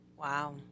Wow